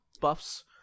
buffs